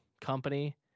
company